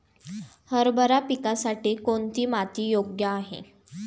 हरभरा पिकासाठी कोणती माती योग्य आहे?